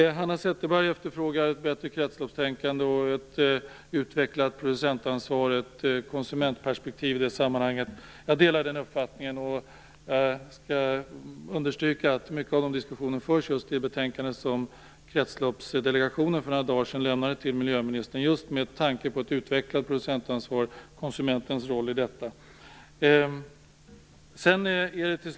Hanna Zetterberg efterfrågade ett bättre kretsloppstänkande och ett utvecklat producentansvar samt i det sammanhanget ett konsumentperspektiv. Jag delar den uppfattningen och vill understryka att mycket av detta diskuteras i det betänkande som Kretsloppsdelegationen för några dagar sedan lämnade till miljöministern. Där finns just tankar kring att utveckla producentansvaret och konsumentens roll i detta. Fru talman!